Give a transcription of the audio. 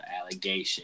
allegation